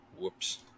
Whoops